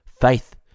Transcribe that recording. Faith